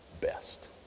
best